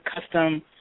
custom